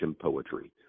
poetry